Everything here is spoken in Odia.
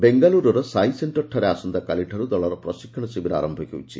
ବେଙ୍ଗାଲ୍ୱର୍ରର ସାଇ ସେକ୍କରଠାରେ ଆସନ୍ତାକାଲିଠାରୁ ଦଳର ପ୍ରଶିକ୍ଷଣ ଶିବିର ଆର ହେଉଛି